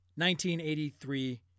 1983